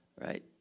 Right